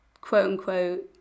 quote-unquote